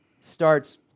starts